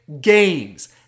games